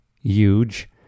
huge